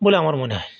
বলে আমার মনে হয়